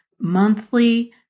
monthly